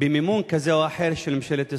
במימון כזה או אחר של ממשלת ישראל,